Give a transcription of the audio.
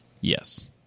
Yes